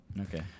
okay